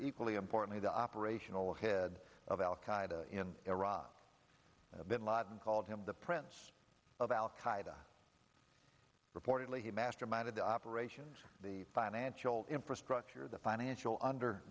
equally importantly the operational head of al qaeda in iraq bin laden called him the prince of al qaeda reportedly he masterminded the operation the financial infrastructure the financial under